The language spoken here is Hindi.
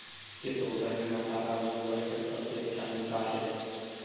किस होटल में मसाला लोबस्टर सबसे अच्छा मिलता है?